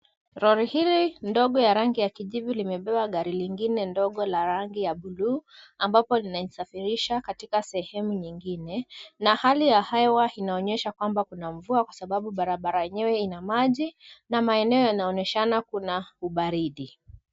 Lori hili ndogo ya rangi ya kijivu limebeba gari lingine ndogo la rangi ya buluu, ambapo inalisafirisha katika sehemu nyingine na hali ya hewa inaonyesha kwamba kuna mvua kwasababu barabara yenyewe ina maji na maeneo yanaonyeshana kuna ubaridi.